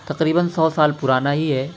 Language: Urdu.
تقریباََ سو سال پرانا ہی ہے